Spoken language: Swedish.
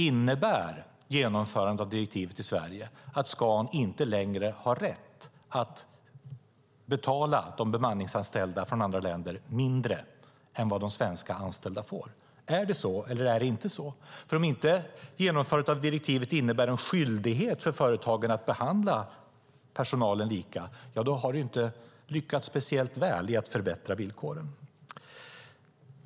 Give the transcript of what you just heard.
Innebär genomförandet av direktivet i Sverige att Scan inte längre har rätt att betala de bemanningsanställda från andra länder mindre än vad de svenska anställda får? Är det så eller inte? Om genomförandet av direktivet inte innebär en skyldighet för företagen att behandla personalen lika har vi inte lyckats speciellt väl med att förbättra villkoren.